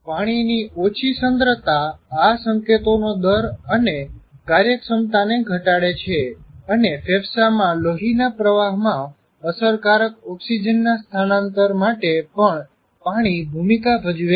પાણીની ઓછી સન્દ્રતાં આ સંકેતોનો દર અને કાર્યક્ષમતાને ઘટાડે છે અને ફેફસામાં લોહીના પ્રવાહમાં અસરકારક ઓક્સિજનના સ્થાળાંતર માટે પણ પાણી ભૂમિકા ભજવે છે